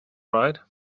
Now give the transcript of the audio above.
right